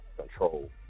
control